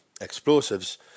explosives